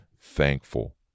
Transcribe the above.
thankful